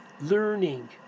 learning